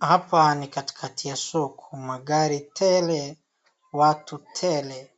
Hapa ni katikati ya show ,magari tele watu tele